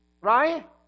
Right